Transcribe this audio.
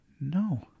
No